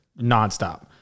nonstop